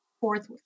fourth